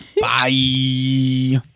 Bye